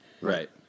Right